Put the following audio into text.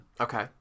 Okay